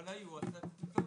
אבל היו --- לא,